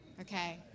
Okay